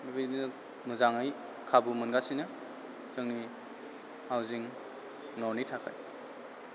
बेबायदिनो मोजाङै खाबु मोनगासिनो जोंनि हाउजिं न'नि थाखाय